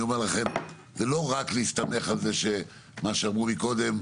זה לא רק להסתמך על מה שאמרו מקודם,